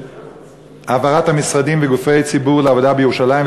העברת המשרדים וגופי ציבור לעבודה בירושלים,